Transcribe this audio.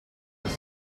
was